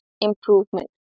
improvement